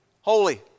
holy